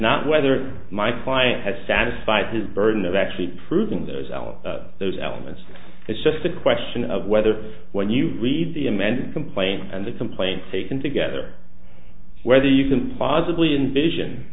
not whether my client has satisfied his burden of actually proving that as well those elements it's just a question of whether when you read the amended complaint and the complaint taken together whether you can possibly invision